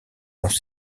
dans